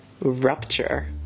rupture